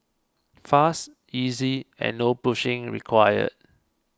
fast easy and no pushing required